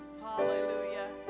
Hallelujah